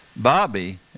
Bobby